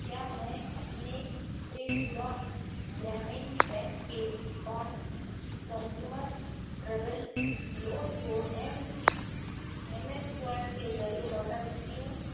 کیا میں اپنے تریپورہ گرامین بینک کے کون کنزیومر ٹریبل لون کو ایم ایس سوئیپ کے ذریعے لوٹا سکتی ہوں